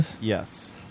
Yes